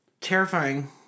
terrifying